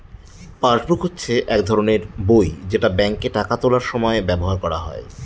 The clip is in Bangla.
পাসবুক হচ্ছে এক ধরনের বই যেটা ব্যাঙ্কে টাকা তোলার সময় ব্যবহার করা হয়